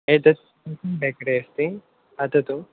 एतद् बेकरि अस्ति वदतु